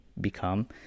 become